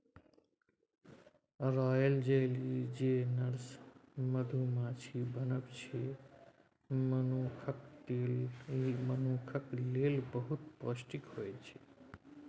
royal jelly जे nurse मधुमाछी बनबै छै मनुखक लेल बहुत पौष्टिक होइ छै